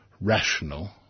rational